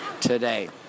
today